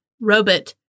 robot